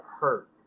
hurt